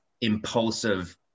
impulsive